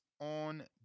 on